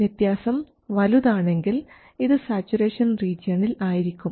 വ്യത്യാസം വലുതാണെങ്കിൽ ഇത് സാച്ചുറേഷൻ റീജിയനിൽ ആയിരിക്കും